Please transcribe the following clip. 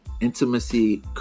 intimacy